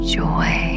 joy